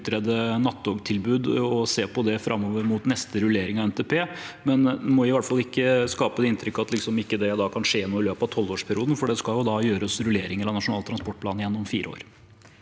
utrede nattogtilbud og se på det framover mot neste rullering av NTP, men vi må i hvert fall ikke skape inntrykk av at det da ikke kan skje noe i løpet av tolvårsperioden, for det skal gjøres rullering av Nasjonal transportplan igjen om fire år.